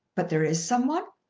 but there is some one?